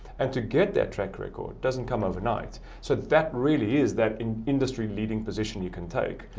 and to get their track record doesn't come overnight. so, that really is that an industry leading position you can take.